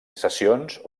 sessions